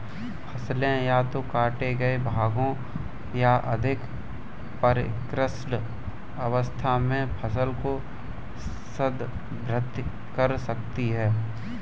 फसलें या तो काटे गए भागों या अधिक परिष्कृत अवस्था में फसल को संदर्भित कर सकती हैं